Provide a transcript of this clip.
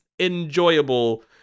enjoyable